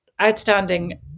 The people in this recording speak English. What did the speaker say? outstanding